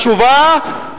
מהתשובה,